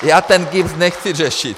Já ten GIBS nechci řešit.